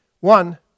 One